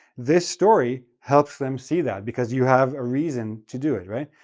this story helps them see that, because you have a reason to do it, right?